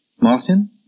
Martin